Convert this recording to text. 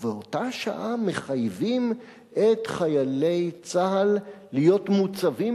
ובאותה שעה מחייבים את חיילי צה"ל להיות מוצבים